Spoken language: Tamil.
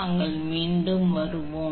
நாங்கள் மீண்டும் வருவோம்